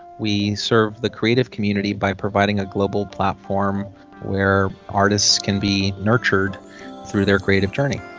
we serve the creative community by providing a global platform where artists can be nurtured through their creative journey.